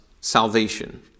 salvation